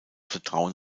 vertrauen